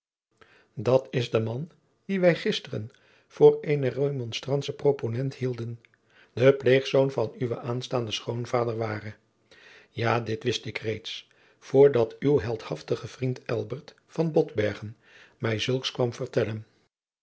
reeds dat de man dien wij gisteren voor eenen remonstrantschen proponent hielden de pleegzoon van uwen aanstaanden schoonvader ware ja dit wist ik reeds voor dat uw heldhaftige jacob van lennep de pleegzoon vriend elbert van botbergen mij zulks kwam vertellen